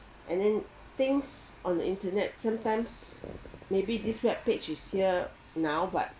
and then things on the internet sometimes maybe this webpage is here now but